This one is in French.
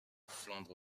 flandre